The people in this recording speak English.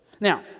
Now